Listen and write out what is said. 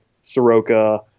Soroka